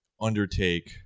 undertake